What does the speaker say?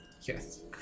Yes